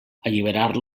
alliberar